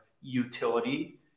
utility